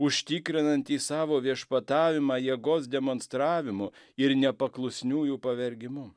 užtikrinantis savo viešpatavimą jėgos demonstravimu ir nepaklusniųjų pavergimu